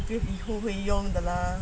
因为你都不可用的 lah